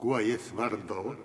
kuo jis vardu